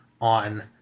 on